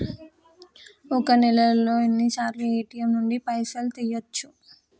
ఒక్క నెలలో ఎన్నిసార్లు ఏ.టి.ఎమ్ నుండి పైసలు తీయచ్చు?